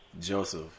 Joseph